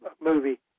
movie